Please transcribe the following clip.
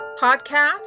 podcast